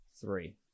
three